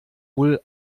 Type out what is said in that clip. wohl